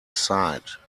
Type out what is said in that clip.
side